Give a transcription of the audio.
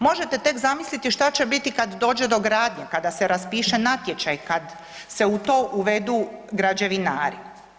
Možete tek zamisliti šta će biti kad dođe do gradnje, kada se raspiše natječaj, kad se u to uvedu građevinari.